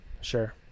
Sure